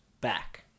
Back